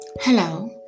Hello